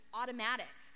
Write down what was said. automatic